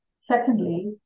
Secondly